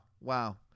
Wow